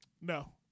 No